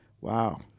wow